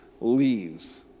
leaves